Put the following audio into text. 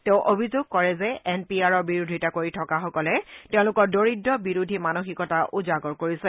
তেওঁ অভিযোগ কৰে যে এন পি আৰৰ বিৰোধিতা কৰি থকাসকলে তেওঁলোকৰ দৰিদ্ৰ বিৰোধী মানসিকতা উজাগৰ কৰিছে